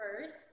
first